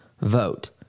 vote